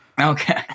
Okay